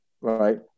right